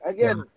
Again